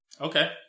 Okay